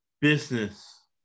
business